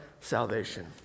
salvation